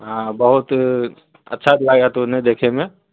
आ बहुत अच्छा भी लागत ओने देखैमे